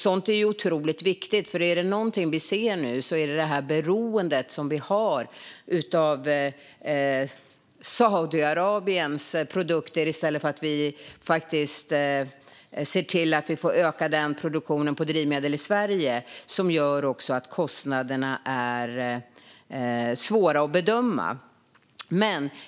Sådant är otroligt viktigt, för är det något vi ser nu är det att beroendet som vi har av Saudiarabiens produkter - i stället för att vi faktiskt ser till att vi ökar produktionen av drivmedel i Sverige - gör att kostnaderna är svåra att bedöma.